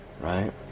right